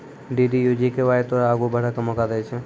DDU GKY तोरा आगू बढ़ै के मौका दै छै